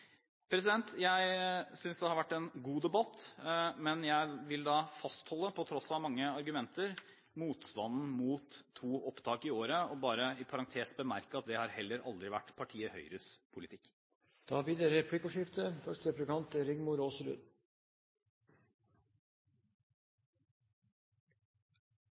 Jeg synes det har vært en god debatt, men jeg vil fastholde – på tross av mange argumenter – motstanden mot to opptak i året og bare i parentes bemerke at det har heller aldri vært partiet Høyres politikk. Det blir replikkordskifte.